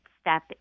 step